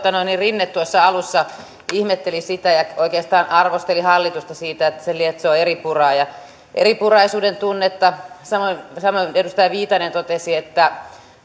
rinne alussa ihmetteli sitä ja oikeastaan arvosteli hallitusta siitä että se lietsoo eripuraa ja eripuraisuuden tunnetta samoin edustaja viitanen totesi että